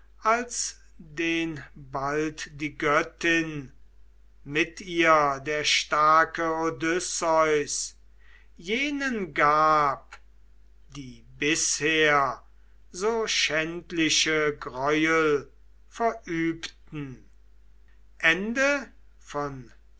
als den bald die göttin mit ihr der starke odysseus jenen gab die bisher so schändliche greuel verübten